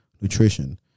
nutrition